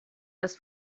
das